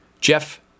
Jeff